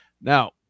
Now